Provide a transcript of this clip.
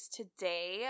today